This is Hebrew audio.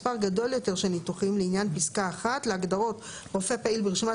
מספר גדול יותר של ניתוחים לעניין פסקה (1) להגדרות "רופא פעיל ברשימת